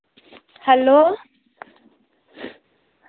hello